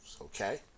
okay